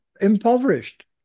impoverished